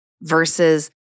versus